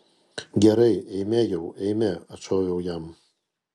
gerai eime jau eime atšoviau jam